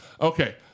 Okay